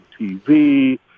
TV